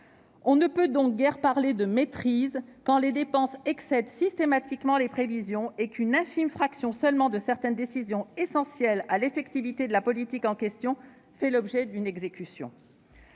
On ne peut donc guère parler de « maîtrise » quand les dépenses excèdent systématiquement les prévisions et qu'une infime fraction seulement de certaines décisions essentielles à l'effectivité de la politique en question fait l'objet d'une exécution !